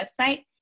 website